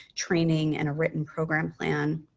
training, and a written program plan.